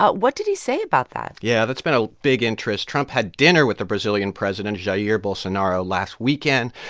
but what did he say about that? yeah, that's been a big interest. trump had dinner with the brazilian president, jair bolsonaro, last weekend.